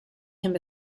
him